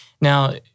Now